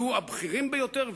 יהיו הבכירים ביותר,